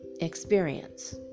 experience